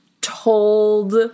told